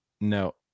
No